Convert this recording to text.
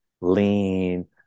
lean